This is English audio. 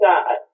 God